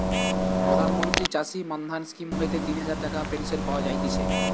প্রধান মন্ত্রী চাষী মান্ধান স্কিম হইতে তিন হাজার টাকার পেনশন পাওয়া যায়তিছে